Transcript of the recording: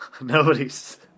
Nobody's